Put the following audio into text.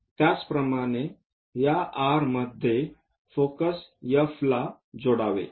त्याचप्रमाणे या R मध्ये फोकस F ला जोडावे